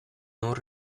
non